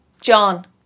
John